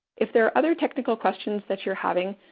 if there're other technical questions that you're having,